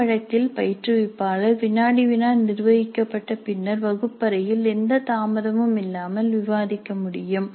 இந்த வழக்கில் பயிற்றுவிப்பாளர் வினாடி வினா நிர்வகிக்கப்பட்ட பின்னர் வகுப்பறையில் எந்த தாமதமும் இல்லாமல் விவாதிக்க முடியும்